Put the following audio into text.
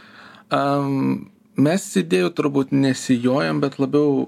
am mes įdėjų turbūt ne sijojam bet labiau